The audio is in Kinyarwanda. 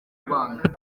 rwanda